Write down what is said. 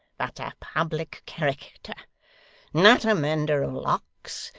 but a public character not a mender of locks,